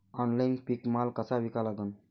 Online पीक माल कसा विका लागन?